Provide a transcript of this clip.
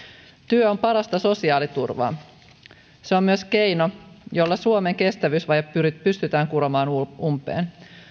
työ on parasta sosiaaliturvaa se on myös keino jolla suomen kestävyysvaje pystytään kuromaan umpeen